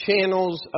channels